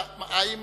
האם